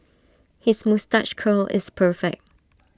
his moustache curl is perfect